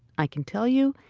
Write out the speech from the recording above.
i can tell you,